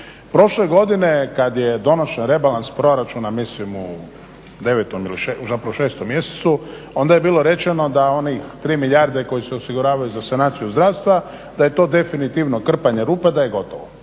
Prošle godine kada je donošen rebalans proračuna u 6 mjesecu onda je bilo rečeno da onih 3 milijarde koji se osiguravaju za sanaciju zdravstva da je to definitivno krpanje rupa, da je gotovo.